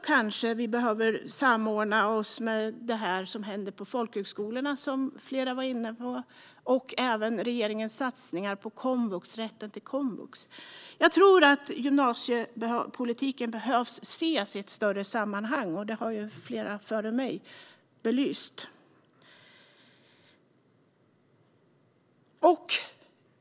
Kanske behöver vi också samordna oss med folkhögskolorna, vilket flera var inne på, och regeringens satsningar på rätten till komvux. Gymnasiepolitiken behöver ses i ett större sammanhang, och det har flera före mig belyst.